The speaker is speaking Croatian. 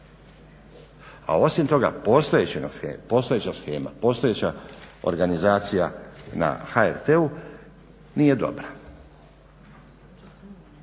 a osim toga postojeća shema, postojeća organizacija na HRT-u nije dobra.